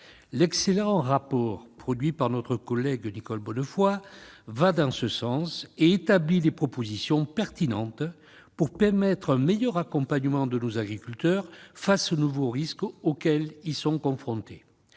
L'excellent rapport produit par notre collègue Nicole Bonnefoy va dans ce sens et établit des propositions pertinentes pour permettre un meilleur accompagnement de nos agriculteurs face aux nouveaux risques auxquels ils sont confrontés.